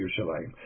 Yerushalayim